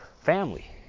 family